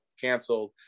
canceled